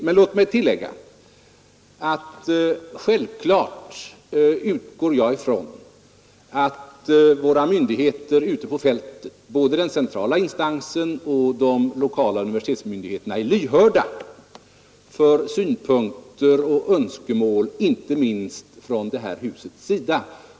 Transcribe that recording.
Men låt mig tillägga att jag självfallet utgår från att våra myndigheter ute på fältet, både den centrala instansen och de lokala universitetsmyndigheterna, är lyhörda för synpunkter och önskemål inte minst från detta hus.